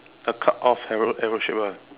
a cut off arrow arrow shape ah